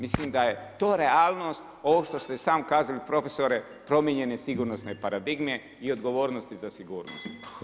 Mislim da je to realnost ovog što ste i sami kazali profesore promijenjene sigurnosne paradigme i odgovornosti za sigurnost.